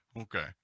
Okay